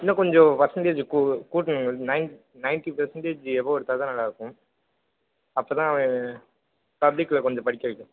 இன்னும் கொஞ்சம் பர்சண்டேஜ் கூ கூட்டணும் நைன் நைன்ட்டி பர்சண்டேஜ் எபோவ் எடுத்தால்தான் நல்லாயிருக்கும் அப்போதான் அவன் பப்ளிக்ல கொஞ்சம் படிக்க வைக்க